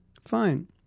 fine